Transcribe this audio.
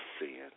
sin